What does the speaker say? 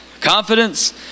Confidence